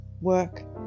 work